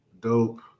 dope